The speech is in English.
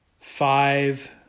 Five